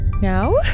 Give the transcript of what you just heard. Now